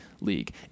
league